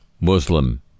Muslim